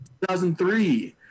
2003